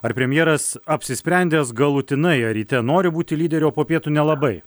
ar premjeras apsisprendęs galutinai ar ryte noriu būti lyderiu o po pietų nelabai